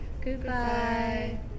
Goodbye